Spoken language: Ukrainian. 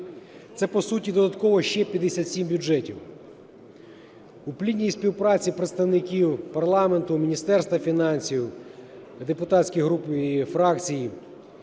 Це по суті додатково ще 57 бюджетів. У плідній співпраці представників парламенту, Міністерства фінансів, депутатських груп і фракцій